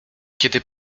kiedy